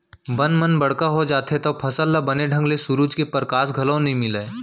बन मन बड़का हो जाथें तव फसल ल बने ढंग ले सुरूज के परकास घलौ नइ मिलय